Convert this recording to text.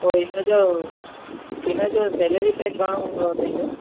पोइ हिन जो इन जो सैलरी पैक घणो हूंदो आहे पंहिंजो